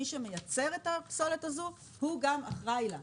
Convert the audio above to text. מי שמייצר את הפסולת הזאת הוא גם אחראי לה.